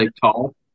tall